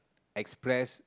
express